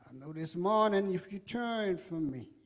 know this morning if you turn from me,